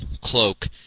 cloak